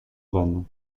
vanne